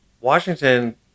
Washington